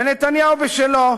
ונתניהו בשלו,